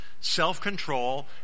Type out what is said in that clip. self-control